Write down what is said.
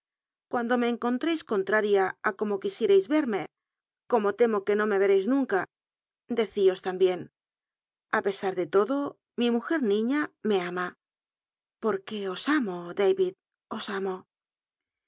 cuando me eocontreis contraria á como quisierais rerme como temo que no me rereis nuuca decio tambien a pesar de lodo mi mujer niña me ama porque os amo darid os amo